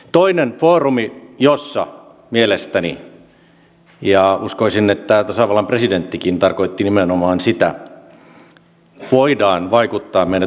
toinen foorumi jolla mielestäni voidaan vaikuttaa meidän toimintaympäristöömme ja uskoisin että tasavallan presidenttikin tarkoitti nimenomaan sitä on euroopan unioni